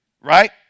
Right